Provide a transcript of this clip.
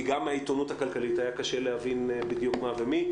כי גם העיתונות הכלכלית היה קשה להבין בדיוק מה ומי.